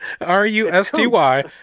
R-U-S-T-Y